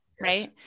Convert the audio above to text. Right